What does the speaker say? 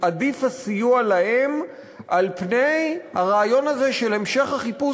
עדיף הסיוע להם על פני הרעיון הזה של המשך החיפוש